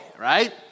right